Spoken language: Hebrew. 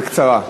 בקצרה מהצד.